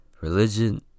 Religion